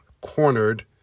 cornered